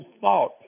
thought